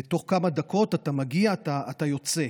בתוך כמה דקות אתה מגיע, אתה יוצא.